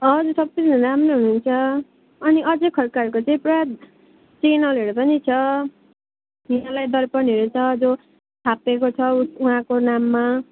हजुर सबैजना राम्रो हुनुहुन्छ अनि अजय खड्काहरूको चाहिँ पुरा च्यानलहरू पनि छ हिमालय दर्पणहरू छ जो छापिएको छ उस उहाँको नाममा